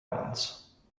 islands